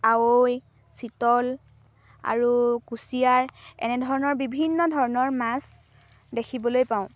কাৱৈ চিতল আৰু কুচিয়া এনে ধৰণৰ বিভিন্ন ধৰণৰ মাছ দেখিবলৈ পাওঁ